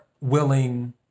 willing